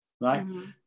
right